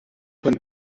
van